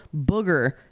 booger